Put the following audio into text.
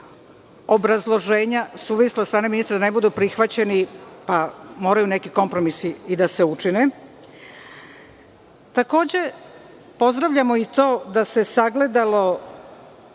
obrazloženja suvisla od strane ministra da ne budu prihvaćeni, pa moraju neki kompromisi i da se učine. Pozdravljamo i to što se sagledala